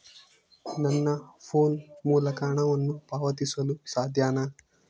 ನನ್ನ ಫೋನ್ ಮೂಲಕ ಹಣವನ್ನು ಪಾವತಿಸಲು ಸಾಧ್ಯನಾ?